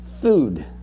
food